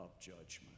judgment